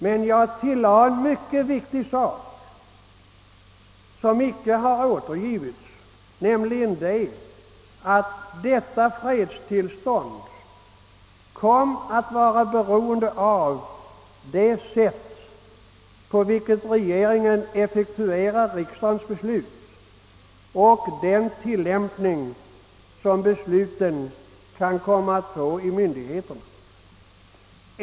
Men jag tillade en mycket viktig sak som inte har återgivits, nämligen att detta fredstillstånd komme att vara beroende av det sätt på vilket regeringen effektuerar riksdagens beslut och den tillämpning som besluten kan komma att få hos myndigheterna.